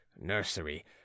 nursery